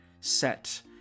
set